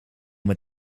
met